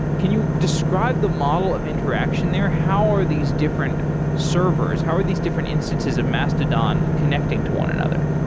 can you describe the model of interaction there? how are these different servers? how are these different instances of mastodon connecting to one another?